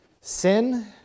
sin